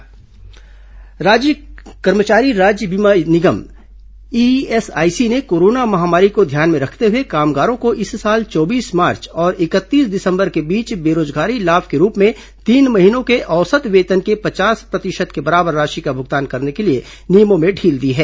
ESIC कुर्मचारी राज्य बीमा निगम ईएसआईसी ने कोरोना महामारी को ध्यान में रखते हुए कामगारों को इस साल चौबीस मार्च और इकतीस दिसंबर के बीच बेरोजगारी लाभ के रूप में तीन महीनों के औसत वेतन के पचास प्रतिशत के बराबर राशि का भुगतान करने के लिए नियमों में ढील दी है